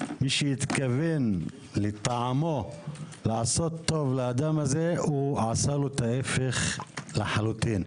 מי שהתכוון לטעמו לעשות טוב לאדם הזה הוא עשה לו את ההפך לחלוטין.